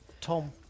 Tom